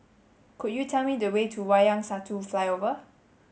could you tell me the way to Wayang Satu Flyover